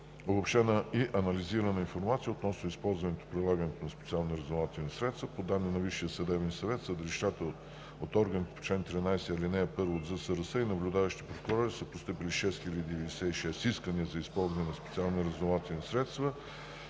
Обобщена и анализирана информация относно използването и прилагането на специалните разузнавателни средства. По данни на Висшия съдебен съвет в съдилищата от органите по чл. 13, ал. 1 от ЗСРС и от наблюдаващите прокурори са постъпили общо 6096 искания за използване на специални разузнавателни средства,